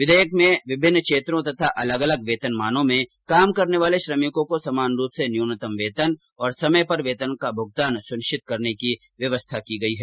विधेयक में विभिन्न क्षेत्रों तथा अलग अलग वेतनमानों में काम करने वाले श्रमिकों को समान रूप से न्यूनतम वेतन और समय पर वेतन का भुगतान सुनिश्चित करने की व्यवस्था की गयी है